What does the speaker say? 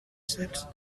sets